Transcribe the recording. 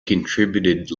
contributed